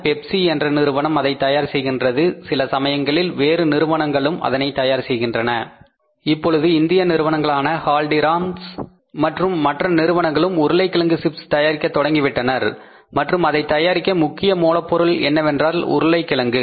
Pepsi என்ற நிறுவனம் அதை தயார் செய்கின்றது சில சமயங்களில் வேறு நிறுவனங்களும் அதனை தயார் செய்கின்றன இப்பொழுது இந்திய நிறுவனங்களான ஹால்டிராம்ஸ் மற்றும் மற்ற நிறுவனங்களும் உருளைக்கிழங்கு சிப்ஸ் தயாரிக்க தொடங்கிவிட்டனர் மற்றும் அதைத் தயாரிக்க முக்கிய மூலப் பொருள் என்னவென்றால் உருளைக்கிழங்கு